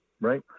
right